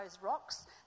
rocks